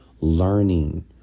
learning